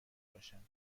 باشند